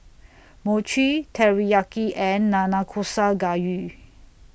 Mochi Teriyaki and Nanakusa Gayu